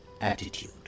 attitude